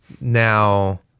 now